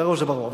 לנו זה ברור.